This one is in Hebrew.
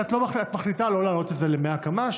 ואת מחליטה לא להעלות את זה ל-100 קמ"ש,